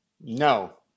No